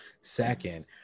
second